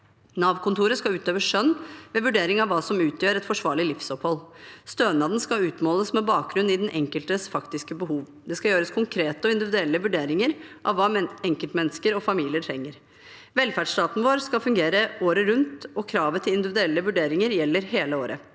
Nav-kontoret skal utøve skjønn ved vurdering av hva som utgjør et forsvarlig livsopphold. Stønaden skal utmåles med bakgrunn i den enkeltes faktiske behov, og det skal gjøres konkrete og individuelle vurderinger av hva enkeltmennesker og familier trenger. Velferdsstaten vår skal fungere året rundt, og kravet til individuelle vurderinger gjelder hele året.